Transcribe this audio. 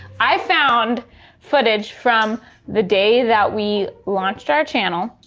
i found footage from the day that we launched our channel.